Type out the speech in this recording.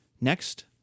next